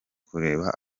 kutureba